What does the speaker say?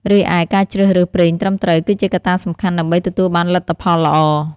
រីឯ ការជ្រើសរើសប្រេងត្រឹមត្រូវ គឺជាកត្តាសំខាន់ដើម្បីទទួលបានលទ្ធផលល្អ។